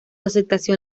aceptación